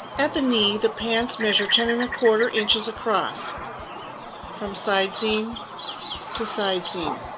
at the knee, the pants measure ten and a quarter inches across from side seam to side seam.